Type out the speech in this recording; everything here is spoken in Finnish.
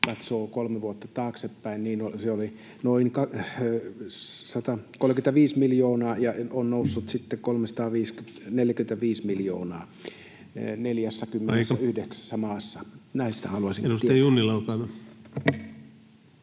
katsoo kolme vuotta taaksepäin, niin se oli noin 135 miljoonaa, ja se on noussut sitten 345 miljoonaan [Puhemies: Aika!] 49 maassa. Näistä haluaisin tietää.